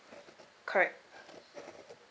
correct